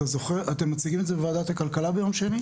אתם מציגים את זה בוועדת הכלכלה ביום שני?